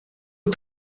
och